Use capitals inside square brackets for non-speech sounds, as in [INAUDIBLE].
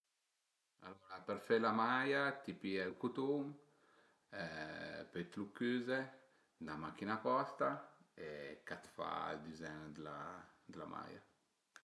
Alura, për fe la maia ti pìe ël cutun [HESITATION] pöi t'lu cüze, 'na machina aposta ch'a 't fa ël dizegn d'la maia